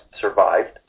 survived